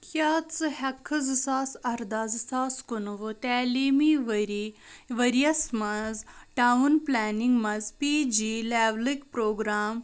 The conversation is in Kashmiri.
کیٛاہ ژٕ ہیٚکہِ کھا زٕ ساس اَرداہ زٕ ساس کُنوُہ تٔعلیٖمی ؤری ؤرۍ یس منٛز ٹاوُن پلانِنٛگ منٛز پی جی لیٚولٕکۍ پرٛوگرٛام